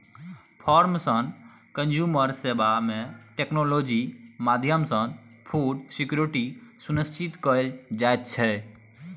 farm सँ consumer सेबा मे टेक्नोलॉजी माध्यमसँ फुड सिक्योरिटी सुनिश्चित कएल जाइत छै